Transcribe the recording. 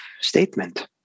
statement